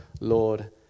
lord